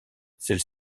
celle